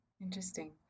Interesting